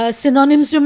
synonyms